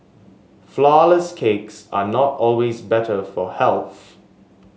flourless cakes are not always better for health